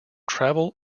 travel